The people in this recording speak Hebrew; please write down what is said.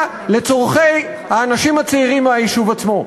לצורכי האנשים הצעירים מהיישוב עצמו.